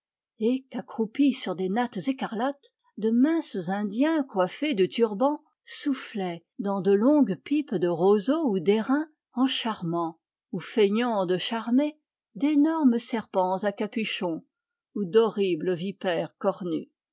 et qu'accroupis sur des nattes écarlates de minces indiens coiffés de turbans soufflaient dans de longues pipes de roseau ou d'airain en charmant ou feignant de charmer d'énormes serpents à capuchon ou d'horribles vipères cornues